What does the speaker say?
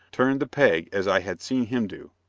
turned the peg as i had seen him do.